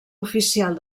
oficial